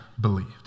believed